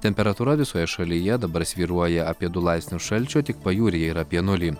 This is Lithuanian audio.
temperatūra visoje šalyje dabar svyruoja apie du laipsnius šalčio tik pajūryje yra apie nulį